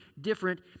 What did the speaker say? different